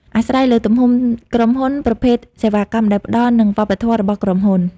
អាស្រ័យលើទំហំក្រុមហ៊ុន ប្រភេទសេវាកម្មដែលផ្ដល់ និងវប្បធម៌របស់ក្រុមហ៊ុន។